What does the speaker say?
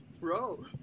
Bro